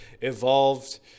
evolved